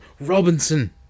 Robinson